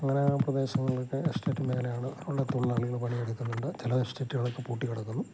അങ്ങനെ ആ പ്രദേശങ്ങളൊക്കെ എസ്റ്റേറ്റ് മേഖലയാണ് ഉള്ള തൊഴിലാളികള് പണിയെടുക്കുന്നുണ്ട് ചില എസ്റ്റേറ്റുകളൊക്കെ പൂട്ടിക്കിടക്കുന്നു